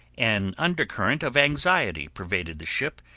an undercurrent of anxiety pervaded the ship,